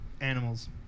animals